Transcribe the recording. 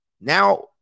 Now